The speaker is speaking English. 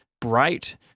bright